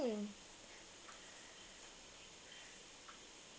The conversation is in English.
mm